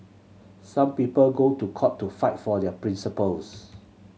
some people go to court to fight for their principles